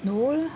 no lah